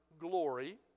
glory